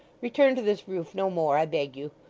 return to this roof no more, i beg you.